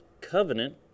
covenant